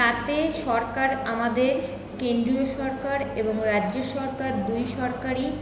তাতে সরকার আমাদের কেন্দ্রীয় সরকার এবং রাজ্য সরকার দুই সরকারই